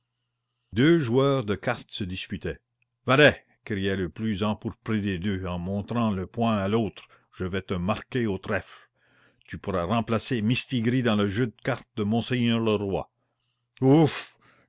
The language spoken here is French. deux joueurs de cartes se disputaient valet criait le plus empourpré des deux en montrant le poing à l'autre je vais te marquer au trèfle tu pourras remplacer mistigri dans le jeu de cartes de monseigneur le roi ouf